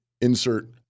insert